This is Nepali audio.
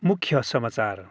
मुख्य समाचार